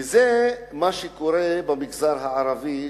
זה מה שקורה במגזר הערבי,